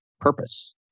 purpose